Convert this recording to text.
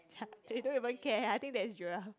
ya they don't even care I think that's Joel